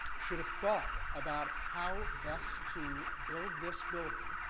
should have thought about how best to build this building